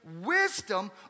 wisdom